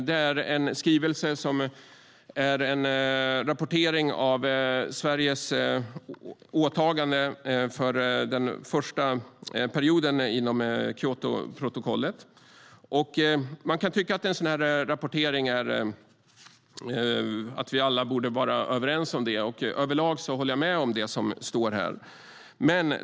Det är en skrivelse som är en rapportering av Sveriges åtagande för den första perioden inom Kyotoprotokollet. Man kan tycka att en sådan rapportering är något som vi alla borde vara överens om, och överlag håller jag med om det som står här.